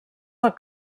del